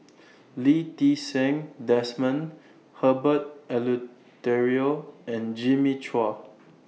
Lee Ti Seng Desmond Herbert Eleuterio and Jimmy Chua